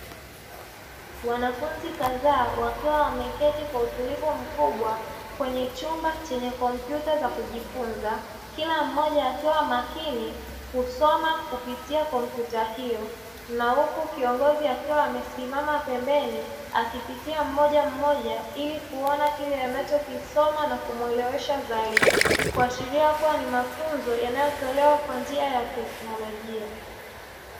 Wanafunzi kadhaa wakiwa wameketi kwa utulivu mkubwa kwenye chumba chenye komputa za kujifunza, kila mmoja akiwa makini kusoma kupitia kompyuta hiyo na huku kiongozi akiwa amesimama pembeni akipitia mmoja mmoja ili kuona kile anachokisoma na kumuelewesha zaidi, kuashiria kuwa ni mafunzo yanayotolewa kwa njia ya teknolojia.